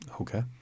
Okay